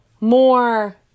more